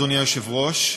אדוני היושב-ראש,